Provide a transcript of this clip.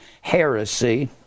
heresy